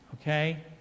Okay